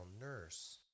nurse